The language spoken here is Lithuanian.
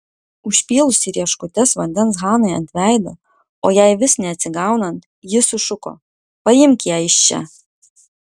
užpylusi rieškutes vandens hanai ant veido o jai vis neatsigaunant ji sušuko paimk ją iš čia